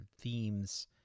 themes